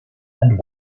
and